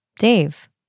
Dave